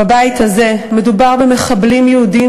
בבית הזה: מדובר במחבלים יהודים,